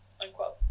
unquote